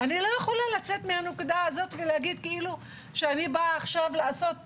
אני לא מסתכלת מנקודת מבט שבה מענישים